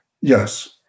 Yes